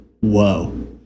whoa